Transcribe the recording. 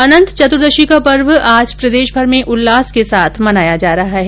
अनंत चतुर्दशी का पर्व आज प्रदेशभर में उल्लास के साथ मनाया जा रहा है